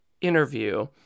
interview